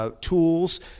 Tools